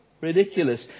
Ridiculous